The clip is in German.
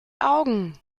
augen